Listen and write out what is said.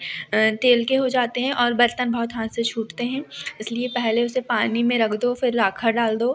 तेल के हो जाते हैं और बर्तन बहुत हाथ से छूटते हैं इसलिए पहले उसे पानी में रख दो फिर राखा डाल दो